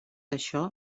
això